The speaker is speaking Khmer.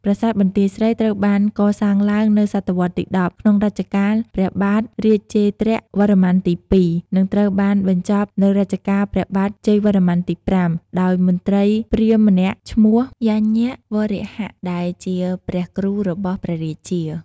ប្រាសាទបន្ទាយស្រីត្រូវបានកសាងឡើងនៅសតវត្សរ៍ទី ១០ ក្នុងរជ្ជកាលព្រះបាទ រាជេន្ទ្រវរ្ម័នទី ២ និងត្រូវបានបញ្ចប់ក្នុងរជ្ជកាលព្រះបាទ ជ័យវរ្ម័នទី ៥ ដោយមន្ត្រីព្រាហ្មណ៍ម្នាក់ឈ្មោះ យជ្ញវរាហៈ ដែលជាព្រះគ្រូរបស់ព្រះរាជា។